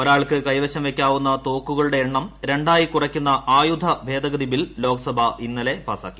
ഒരാൾക്ക് കൈവശം വയ്ക്കാവുന്ന തോക്കുകളുടെ എണ്ണം രണ്ടായി കുറയ്ക്കുന്ന ആയുധ ഭേദഗതി ബിൽ ലോക്സഭയും ഇന്നലെ പാസാക്കി